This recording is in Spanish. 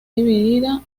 dividida